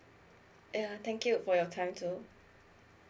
ya thank you for your time too